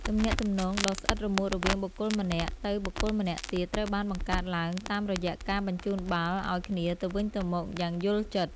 ទំនាក់ទំនងដ៏ស្អិតរមួតរវាងបុគ្គលម្នាក់ទៅបុគ្គលម្នាក់ទៀតត្រូវបានបង្កើតឡើងតាមរយៈការបញ្ជូនបាល់ឱ្យគ្នាទៅវិញទៅមកយ៉ាងយល់ចិត្ត។